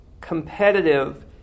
Competitive